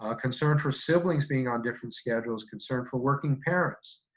ah concern for siblings being on different schedules. concern for working parents.